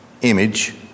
image